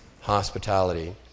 hospitality